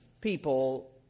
people